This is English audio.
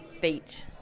Beach